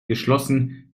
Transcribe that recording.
geschlossen